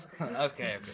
Okay